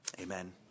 amen